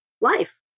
life